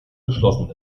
geschlossen